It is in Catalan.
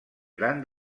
gran